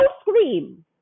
scream